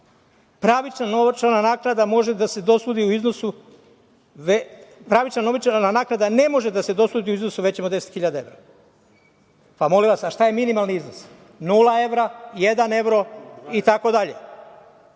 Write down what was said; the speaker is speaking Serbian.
Pravična novčana naknada ne može da se dosudi u iznosu većem od 10 hiljada evra. Pa, molim vas, a šta je minimalni iznos, nula evra, jedan evro itd? Šta je